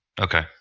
Okay